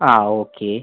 ആ ഓക്കെ